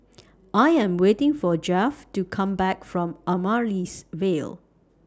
I Am waiting For Geoff to Come Back from Amaryllis Ville